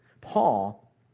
Paul